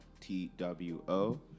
T-W-O